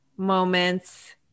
moments